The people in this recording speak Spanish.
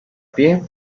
pie